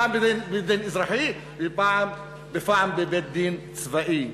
פעם בבית-דין אזרחי ופעם בבית-דין צבאי.